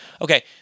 Okay